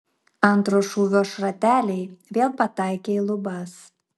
antro šūvio šrateliai vėl pataikė į lubas